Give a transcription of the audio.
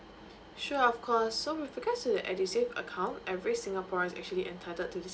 sure of course so with regards to the edusave account every singaporeans actually entitled to this